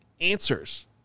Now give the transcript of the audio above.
answers